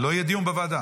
לא יהיה דיון בוועדה.